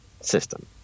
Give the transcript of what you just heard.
system